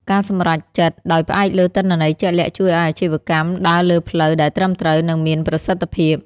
ការសម្រេចចិត្តដោយផ្អែកលើទិន្នន័យជាក់លាក់ជួយឱ្យអាជីវកម្មដើរលើផ្លូវដែលត្រឹមត្រូវ និងមានប្រសិទ្ធភាព។